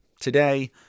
today